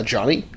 Johnny